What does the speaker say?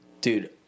Dude